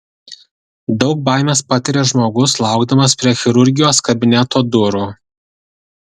daug baimės patiria žmogus laukdamas prie chirurgijos kabineto durų